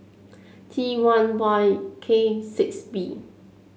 T one Y K six B